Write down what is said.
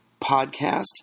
podcast